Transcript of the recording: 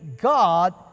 God